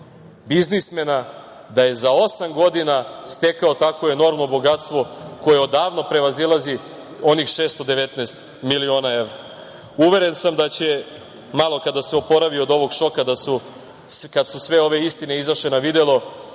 biznismena da je za osam godina stekao takvo enormno bogatstvo koje odavno prevazilazi onih 619 miliona evra. Uveren sam da će malo kada se oporavi od ovog šoka kad su sve ove istine izašle na videlo,